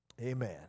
Amen